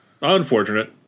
Unfortunate